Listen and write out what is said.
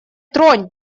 тронь